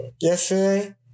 yesterday